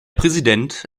präsident